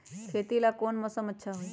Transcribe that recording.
खेती ला कौन मौसम अच्छा होई?